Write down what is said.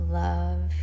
love